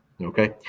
Okay